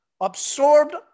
absorbed